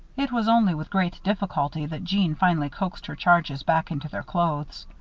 it was only with great difficulty that jeanne finally coaxed her charges back into their clothes.